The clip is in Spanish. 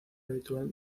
habitual